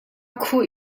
khuh